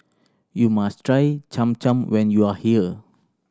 you must try Cham Cham when you are here